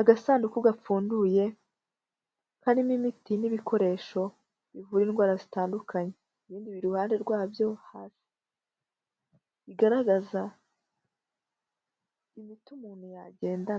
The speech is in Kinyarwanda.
Agasanduku gapfunduye, karimo imiti n'ibikoresho bivura indwara zitandukanye. Ibindi biri iruhande rwabyo hasi. Bigaragaza imiti umuntu yagenda